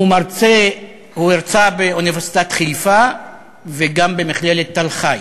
הוא הרצה באוניברסיטת חיפה וגם במכללת תל-חי.